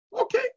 Okay